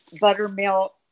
buttermilk